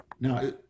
Now